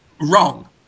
wrong